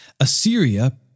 Assyria